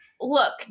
look